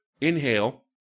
inhale